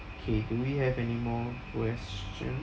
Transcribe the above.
K do we have any more questions